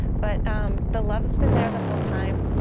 but um the love has been there the whole time.